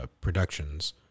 productions